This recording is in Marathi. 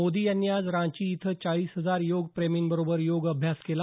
मोदी यांनी आज रांची इथं चाळीस हजार योग प्रेमींबरोबर योग अभ्यास केला